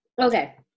okay